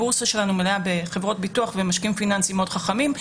הבורסה שלנו מלאה בחברות ביטוח ומשקיעים פיננסיים מאוד חכמים.